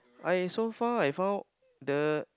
I so far I found the